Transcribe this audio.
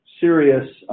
serious